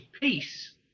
peace